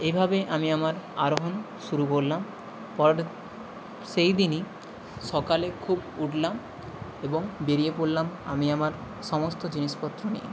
এভাবে আমি আমার আরোহণ শুরু করলাম পর সেই দিনই সকালে খুব উঠলাম এবং বেরিয়ে পরলাম আমি আমার সমস্ত জিনিসপত্র নিয়ে